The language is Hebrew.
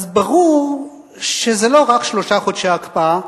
אז ברור שזה לא רק שלושה חודשי הקפאה,